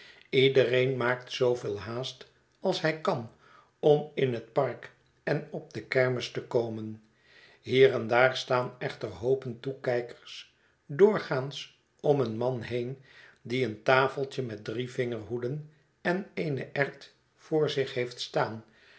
iedereen maakt zooveel haast als hij kan om in het park en op de kermis te komen hier en daar staan echter hoopen toekijkers doorgaans om een man heen die een tafeltje met drie vingerhoeden en eene erwt voor zich heeft staan